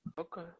Okay